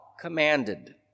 commanded